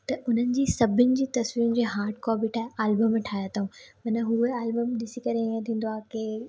त हुननि जी सभिनि जी तस्वीरूनि जी हार्ड कॉपी ठाहे एलबम ठाहिया अथऊं मन उहो एलबम ॾिसी करे ईअं थींदो आहे की